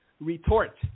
retort